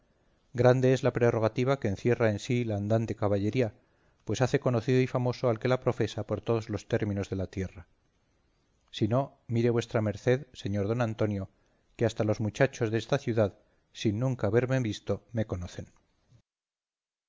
grande es la prerrogativa que encierra en sí la andante caballería pues hace conocido y famoso al que la profesa por todos los términos de la tierra si no mire vuestra merced señor don antonio que hasta los muchachos desta ciudad sin nunca haberme visto me conocen